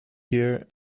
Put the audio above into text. here